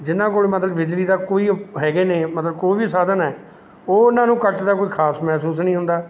ਜਿਨ੍ਹਾਂ ਕੋਲ ਮਤਲਬ ਬਿਜਲੀ ਦਾ ਕੋਈ ਹੈਗੇ ਨੇ ਮਤਲਬ ਕੋਈ ਵੀ ਸਾਧਨ ਹੈ ਉਹ ਉਨ੍ਹਾਂ ਨੂੰ ਕੱਟ ਦਾ ਕੋਈ ਖਾਸ ਮਹਿਸੂਸ ਨਹੀਂ ਹੁੰਦਾ